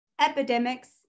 epidemics